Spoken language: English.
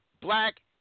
black